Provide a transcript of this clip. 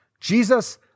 Jesus